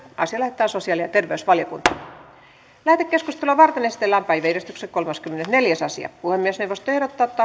asia lähetetään sosiaali ja terveysvaliokuntaan lähetekeskustelua varten esitellään päiväjärjestyksen kolmaskymmenesneljäs asia puhemiesneuvosto ehdottaa että